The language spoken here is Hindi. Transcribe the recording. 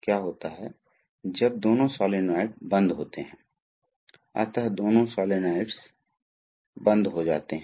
अब हम विभिन्न तरीकों से गति बनाना चाहते हैं कभी कभी हम आगे और पीछे की गति बनाना चाहते हैं